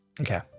okay